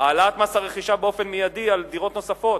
העלאת מס הרכישה באופן מיידי על דירות נוספות.